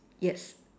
yes